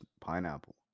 pineapple